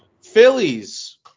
Phillies